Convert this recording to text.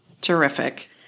Terrific